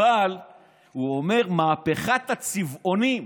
אבל הוא אומר "מהפכת הצבעונים".